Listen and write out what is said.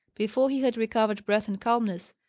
before he had recovered breath and calmness,